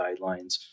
guidelines